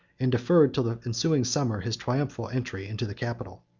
and deferred till the ensuing summer his triumphal entry into the capital.